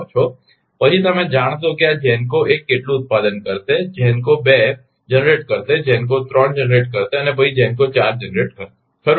પછી તમે જાણશો કે આ GENCO 1 કેટલું ઉત્પન્ન કરશે GENCO 2 જનરેટ કરશે GENCO 3 જનરેટ કરશે અને GENCO 4 જનરેટ કરશે ખરુ ને